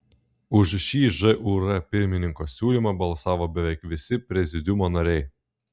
už šį žūr pirmininko siūlymą balsavo beveik visi prezidiumo nariai